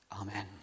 Amen